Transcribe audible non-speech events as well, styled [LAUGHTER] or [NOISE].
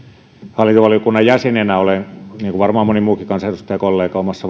hallintovaliokunnan jäsenenä olen huomannut niin kuin varmaan moni muukin kansanedustajakollega omassa [UNINTELLIGIBLE]